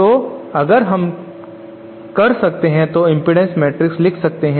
तो अगर हम कर सकते हैं तो इम्पीडेन्स मैट्रिक्स लिख सकते हैं